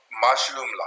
mushroom-like